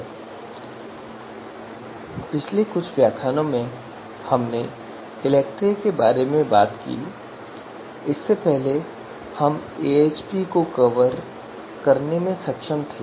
इसलिए पिछले कुछ व्याख्यानों में हमने इलेक्ट्री के बारे में बात की है इससे पहले हम एएचपी को कवर करने में सक्षम थे